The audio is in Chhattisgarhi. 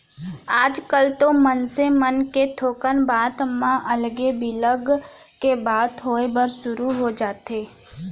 आजकल तो मनसे मन के थोकन बात म अलगे बिलग के बात होय बर सुरू हो जाथे